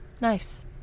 Nice